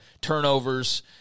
turnovers